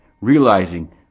Realizing